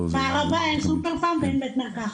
בערבה אין סופר פארם ואין בית מרקחת.